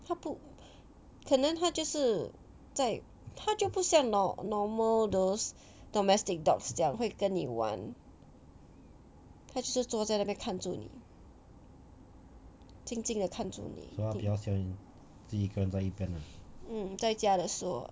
它不可能它就是在它就不像 nor~ normal those domestic dogs 这样会跟你玩他就是坐在里面看住你静静的看着你 mm 在家的时候